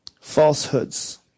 Falsehoods